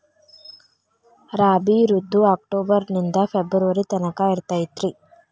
ರಾಬಿ ಋತು ಅಕ್ಟೋಬರ್ ನಿಂದ ಫೆಬ್ರುವರಿ ತನಕ ಇರತೈತ್ರಿ